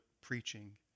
preaching